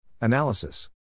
Analysis